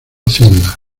hacienda